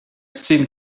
seen